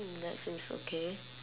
mm that seems okay